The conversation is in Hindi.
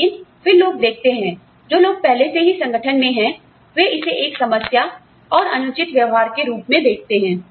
लेकिन फिर लोग देखते हैं जो लोग पहले से ही संगठन में हैं वे इसे एक समस्या और अनुचित व्यवहार के रूप में देखते हैं